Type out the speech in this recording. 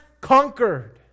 conquered